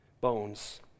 bones